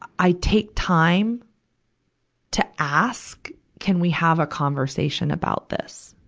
i take time to ask, can we have a conversation about this?